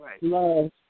love